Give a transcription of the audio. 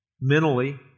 mentally